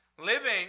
Living